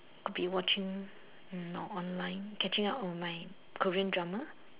be watching online catching up online Korean drama